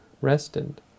rested